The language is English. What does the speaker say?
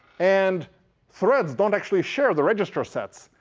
and threads don't actually share the register sets.